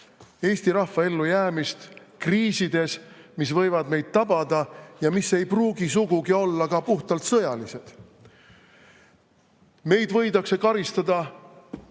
Eesti rahva ellujäämist kriisides, mis võivad meid tabada ja mis ei pruugi sugugi olla ka puhtalt sõjalised. Meid võidakse karistada